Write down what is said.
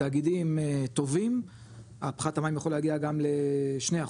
בתאגידים טובים הפחת המים יכול להגיע גם -2%,